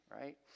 right